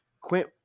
Quint